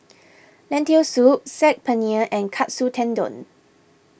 Lentil Soup Saag Paneer and Katsu Tendon